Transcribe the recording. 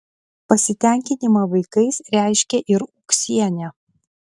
pasitenkinimą vaikais reiškė ir ūksienė